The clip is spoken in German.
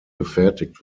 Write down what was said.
gefertigt